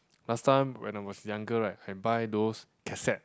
last time when I was younger right I buy those cassette